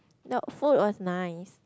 no food was nice